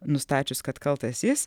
nustačius kad kaltas jis